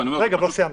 רגע, לא סיימתי.